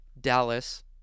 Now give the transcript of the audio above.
Dallas